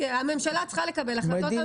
הממשלה צריכה לקבל החלטות.